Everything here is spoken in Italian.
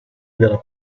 della